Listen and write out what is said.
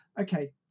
Okay